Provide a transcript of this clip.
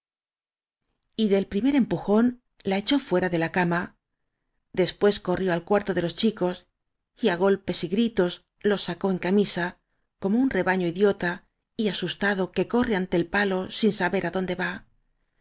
del primer empujón la echó fuera de la cama después corrió al cuarto de los chicos áñ y á golpes y gritos los sacó en camisa como un rebaño idiota y asustado que corre ante el palo sin saber á dónde va